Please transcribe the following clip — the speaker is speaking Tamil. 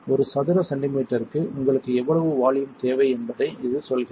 ஒரு சதுர சென்டிமீட்டருக்கு உங்களுக்கு எவ்வளவு வால்யூம் தேவை என்பதை இது சொல்கிறது